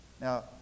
Now